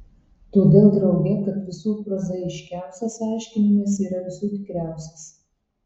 todėl drauge kad visų prozaiškiausias aiškinimas yra visų tikriausias